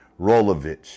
Rolovich